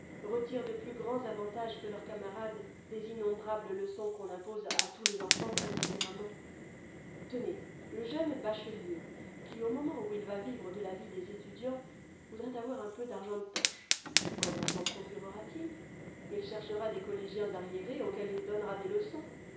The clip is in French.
retirent de plus grands avantages que leur camarades des innombrables leçons qu'on impose à tous les enfants indifféremment tenez le jeune bachelier qui au moment où il va vivre de la vie des étudiants voudrait avoir un peu d'argent de poche comment s'en procurera t il il cherchera des collégiens arriérés auxquels il donnera des leçons